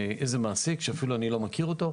איזה מעסיק שאפילו אני לא מכיר אותו,